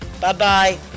Bye-bye